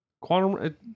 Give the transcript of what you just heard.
Quantum